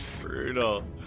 Brutal